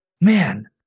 man